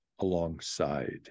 alongside